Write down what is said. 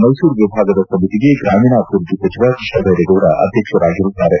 ಮೈಸೂರು ವಿಭಾಗದ ಸಮಿತಿಗೆ ಗ್ರಾಮೀಣಾಭಿವೃದ್ಧಿ ಸಚಿವ ಕೃಷ್ಣಭೈರೆಗೌಡ ಅಧ್ವಕ್ಷರಾಗಿರುತ್ತಾರೆ